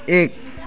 एक